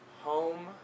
home